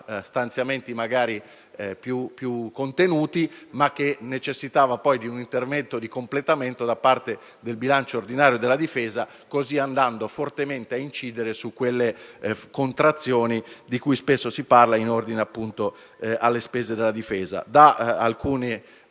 stanziamenti magari più contenuti, i quali però necessitavano poi di un intervento di completamento da parte del bilancio ordinario della Difesa, andando così fortemente ad incidere su quelle contrazioni di cui spesso si parla in ordine, appunto, alle spese della Difesa.